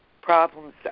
problems